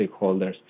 stakeholders